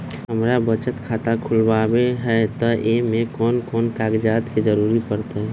हमरा बचत खाता खुलावेला है त ए में कौन कौन कागजात के जरूरी परतई?